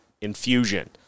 infusion